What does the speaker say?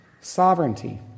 Sovereignty